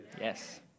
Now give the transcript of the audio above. Yes